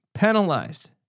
penalized